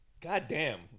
goddamn